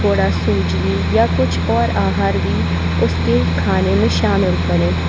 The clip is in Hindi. थोड़ा सूजी या कुछ और आहार भी उसके खाने में शामिल करें